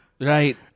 Right